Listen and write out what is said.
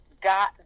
got